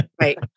Right